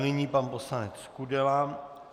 Nyní pan poslanec Kudela.